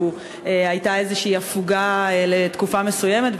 הייתה איזו הפוגה לתקופה מסוימת,